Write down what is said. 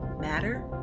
matter